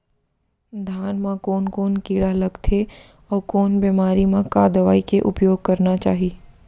धान म कोन कोन कीड़ा लगथे अऊ कोन बेमारी म का दवई के उपयोग करना चाही?